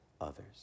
others